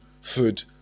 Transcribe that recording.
food